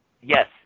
Yes